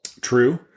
True